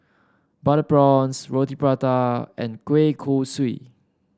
Butter Prawns Roti Prata and Kueh Kosui